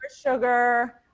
sugar